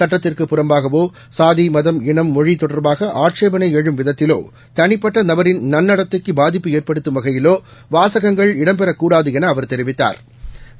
சட்டத்திற்கு புறம்பாகவோ சாதி மதம் இனம் மொழிதொடர்பாகஆட்சேபனைஎழும் விதத்திவோ தளிப்பட்டநபரின் நன்னடத்தைக்குபாதிப்பு ஏற்படுத்தும் வகையிலோவாசகங்கள் இடம்பெறக்கூடாதுஎனஅவா் தெரிவித்தாா்